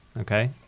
Okay